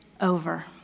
over